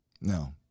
No